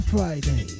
Friday